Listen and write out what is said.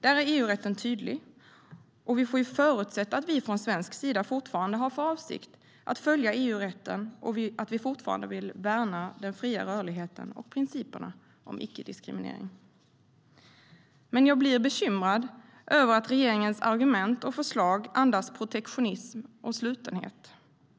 Där är EU-rätten tydlig, och vi får ju förutsätta att vi från svensk sida fortfarande har för avsikt att följa EU-rätten och att vi fortfarande vill värna den fria rörligheten och principerna om icke-diskriminering. Jag blir bekymrad över att regeringens argument och förslag andas protektionism och slutenhet.